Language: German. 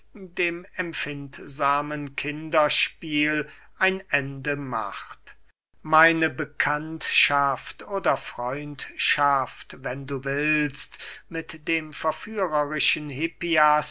dem empfindsamen kinderspiel ein ende macht meine bekanntschaft oder freundschaft wenn du willst mit dem verführerischen hippias